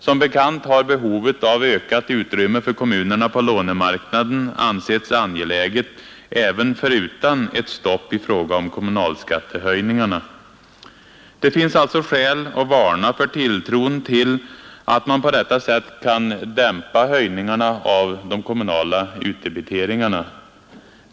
Som bekant har behovet av ökat utrymme för kommunerna på lånemarknaden ansetts angeläget även förutan ett stopp i fråga om kommunalskattehöjningarna. Det finns alltså skäl att varna för tilltron till att man på detta sätt kan dämpa höjningarna av de kommunala utdebiteringarna.